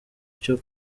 cyo